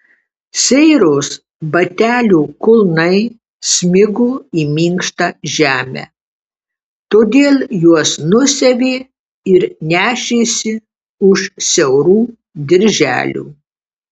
seiros batelių kulnai smigo į minkštą žemę todėl juos nusiavė ir nešėsi už siaurų dirželių